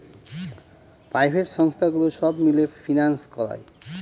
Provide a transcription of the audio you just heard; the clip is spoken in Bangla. প্রাইভেট সংস্থাগুলো সব মিলে ফিন্যান্স করায়